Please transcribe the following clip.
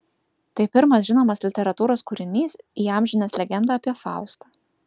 tai pirmas žinomas literatūros kūrinys įamžinęs legendą apie faustą